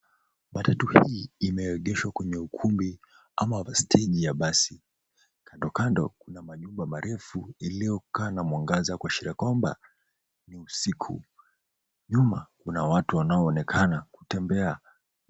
Matatu hii imeegeshwa kwenye ukumbi ama steji ya basi. Kandokando kuna manyumba marefu iliokaa na mwangaza kuashiria kwamba ni usiku. Nyuma kuna watu wanaoonekana kutembea.